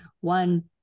One